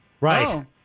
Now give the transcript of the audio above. Right